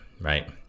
right